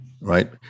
Right